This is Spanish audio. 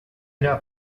era